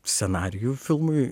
scenarijų filmui